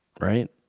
Right